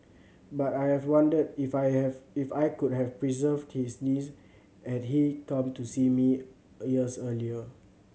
but I have wondered if I have if I could have preserved his knees had he come to see me a years earlier